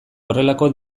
horrelako